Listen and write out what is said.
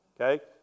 okay